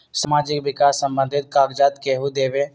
समाजीक विकास संबंधित कागज़ात केहु देबे?